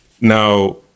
now